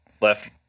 left